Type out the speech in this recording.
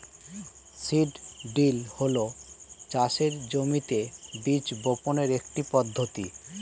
seed drill হল চাষের জমিতে বীজ বপনের একটি পদ্ধতি